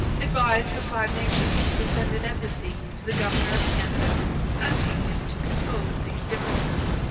advised the five nations to send an embassy to the governor of canada asking him to compose these differences.